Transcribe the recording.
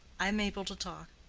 i am able to talk.